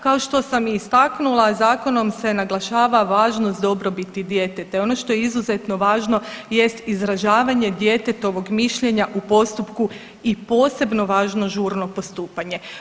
Kao što sam istaknula zakonom se naglašava važnost dobrobiti djeteta i ono što je izuzetno važno jest izražavanje djetetovog mišljenja u postupku i posebno važno žurno postupanje.